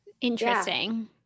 Interesting